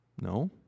no